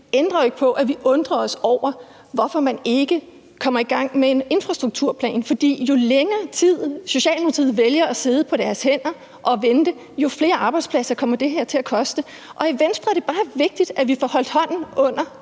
ændrer jo ikke på, at vi undrer os over, hvorfor man ikke kommer i gang med en infrastrukturplan. For jo længere tid Socialdemokratiet vælger at sidde på deres hænder og vente, jo flere arbejdspladser kommer det her til at koste, og for Venstre er det bare vigtigt, at vi får holdt hånden under